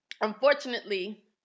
Unfortunately